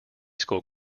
school